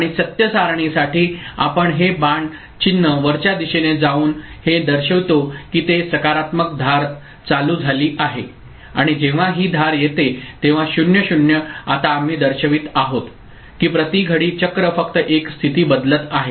आणि सत्य सारणीसाठी आपण हे बाण चिन्ह वरच्या दिशेने जाऊन हे दर्शवितो की ती सकारात्मक धार चालू झाली आहे आणि जेव्हा ही धार येते तेव्हा 0 0 आता आम्ही दर्शवित आहोत की प्रति घडी चक्र फक्त एक स्थिती बदलत आहे